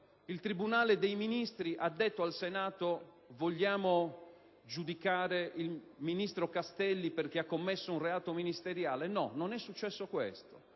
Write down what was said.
Il tribunale dei ministri ha dichiarato al Senato che intende giudicare il ministro Castelli perché ha commesso un reato ministeriale? No, non è successo questo.